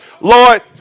Lord